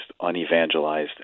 unevangelized